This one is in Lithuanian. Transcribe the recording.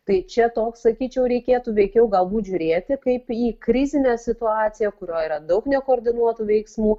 tai čia toks sakyčiau reikėtų veikiau galbūt žiūrėti kaip į krizinę situaciją kurioj yra daug nekoordinuotų veiksmų